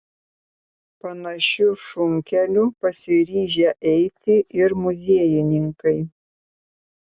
panašiu šunkeliu pasiryžę eiti ir muziejininkai